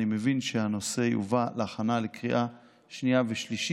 אני מבין שהנושא יובא להכנה לקריאה שנייה ושלישית,